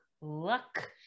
luck